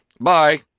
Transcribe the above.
bye